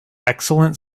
excellent